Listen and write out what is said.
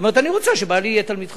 אומרת: אני רוצה שבעלי יהיה תלמיד חכם.